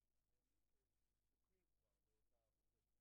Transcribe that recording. שהוא שונה מהנוסח שעבר בקריאה הטרומית.